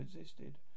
existed